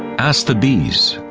ask the bees,